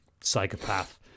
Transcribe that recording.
psychopath